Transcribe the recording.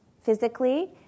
physically